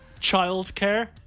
Childcare